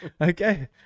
Okay